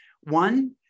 one